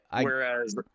Whereas